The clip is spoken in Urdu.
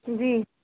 جی